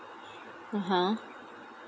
(uh huh)